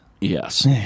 yes